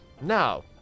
Now